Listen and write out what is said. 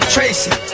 Tracy